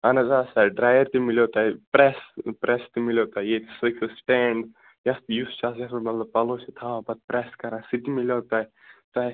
اہن حظ آ سر ڈرایر تہِ مِلیٚو تۄہہِ پرٛیٚس پرٛیٚس تہِ مِلیٚو تۄہہِ ییٚتہِ سِٹینٛڈ یَتھ یُس چھُ آسان یتھ پٮ۪ٹھ مطلب پَلو چھِ تھاوان پتہٕ پرٛیٚس کَران سُہ تہِ مِلیٚو تۄہہِ تۄہہِ